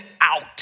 out